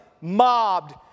mobbed